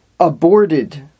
aborted